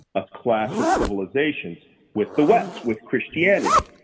a clash of civilizations with the west, with christianity.